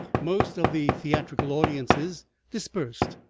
most of the theatrical audiences dispersed,